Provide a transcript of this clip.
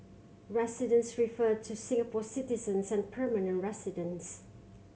residents refer to Singapore citizens and permanent residents